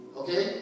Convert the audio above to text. okay